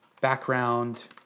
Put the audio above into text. background